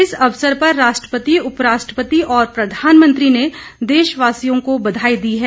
इस अवसर पर राष्ट्रपति उपराष्ट्रपति और प्रधानमंत्री ने देशवासियों को बधाई दी है